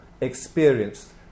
experienced